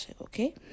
okay